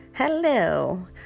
Hello